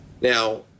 Now